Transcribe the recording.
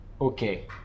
Okay